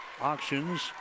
auctions